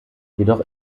jedoch